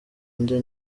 njya